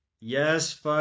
yes